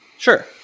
sure